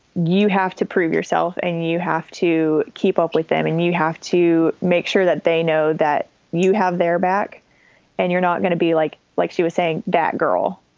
you have to prove yourself and you have to keep up with them and you have to make sure that they know that you have their back and you're not gonna be like like she was saying that girl,